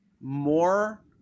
more